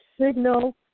Signal